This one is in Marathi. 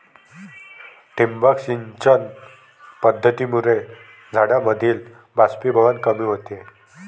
ठिबक सिंचन पद्धतीमुळे झाडांमधील बाष्पीभवन कमी होते